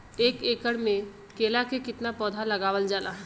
एक एकड़ में केला के कितना पौधा लगावल जाला?